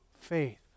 faith